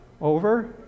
over